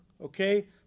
Okay